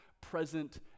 present